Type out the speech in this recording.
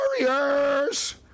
Warriors